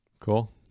Cool